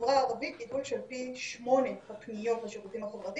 בחברה הערבית גידול של פי שמונה בפניות לשירותים החברתיים,